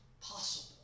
possible